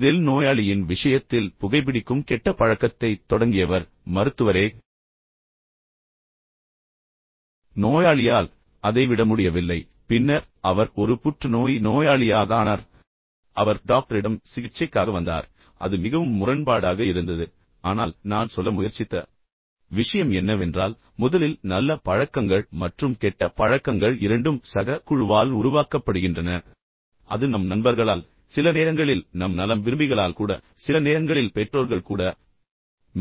இதில் நோயாளியின் விஷயத்தில் புகைபிடிக்கும் கெட்ட பழக்கத்தைத் தொடங்கியவர் மருத்துவரே நோயாளியால் அதை விட முடியவில்லை பின்னர் அவர் ஒரு புற்றுநோய் நோயாளியாக ஆனார் அவர் டாக்டரிடம் சிகிச்சைக்காக வந்தார் அது மிகவும் முரண்பாடாக இருந்தது ஆனால் நான் சொல்ல முயற்சித்த விஷயம் என்னவென்றால் முதலில் நல்ல பழக்கங்கள் மற்றும் கெட்ட பழக்கங்கள் இரண்டும் சக குழுவால் உருவாக்கப்படுகின்றன அது நம் நண்பர்களால் சில நேரங்களில் நம் நலம் விரும்பிகளால் கூட சில நேரங்களில் பெற்றோர்கள் கூட